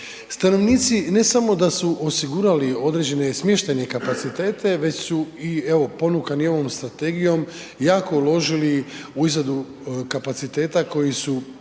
Stanovnici ne samo da su osigurali određene smještajne kapacitete, već su i evo ponukani ovom strategijom jako uložili u izradu kapaciteta koji su